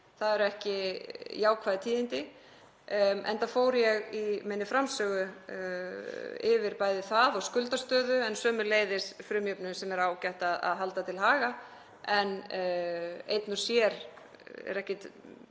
það eru ekki jákvæð tíðindi, enda fór ég í minni framsögu yfir bæði það og skuldastöðu en sömuleiðis frumjöfnuð, sem er ágætt að halda til haga, en með honum einum og sér er ekki